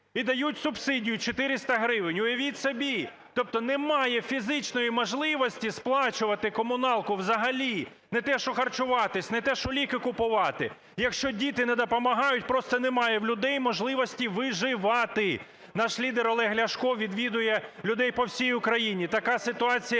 і дають субсидію 400 гривень. Уявіть собі! Тобто немає фізичної можливості сплачувати комуналку взагалі, не те, що харчуватись, не те, що ліки купувати. Якщо діти не допомагають, просто немає в людей можливості виживати. Наш лідер Олег Ляшко відвідує людей по всій Україні, така ситуація,